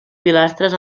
pilastres